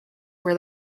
were